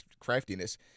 craftiness